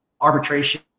arbitration